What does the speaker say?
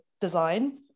design